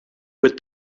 with